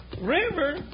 River